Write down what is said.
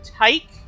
take